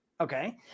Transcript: Okay